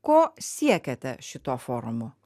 ko siekiate šituo forumu